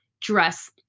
dress